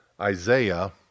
Isaiah